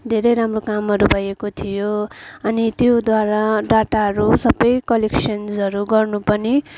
धेरै राम्रो कामहरू भएको थियो अनि त्योद्वारा डाटाहरू सबै कलेक्सन्सहरू गर्नु पर्ने